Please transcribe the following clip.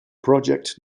project